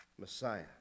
Messiah